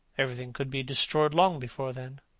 everything could be destroyed long before then.